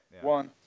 One